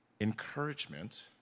encouragement